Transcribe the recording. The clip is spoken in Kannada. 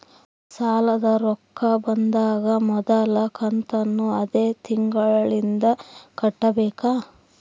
ಸಾಲದ ರೊಕ್ಕ ಬಂದಾಗ ಮೊದಲ ಕಂತನ್ನು ಅದೇ ತಿಂಗಳಿಂದ ಕಟ್ಟಬೇಕಾ?